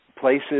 places